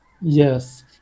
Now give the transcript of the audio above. Yes